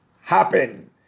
happen